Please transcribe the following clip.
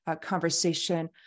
conversation